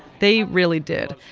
they really did.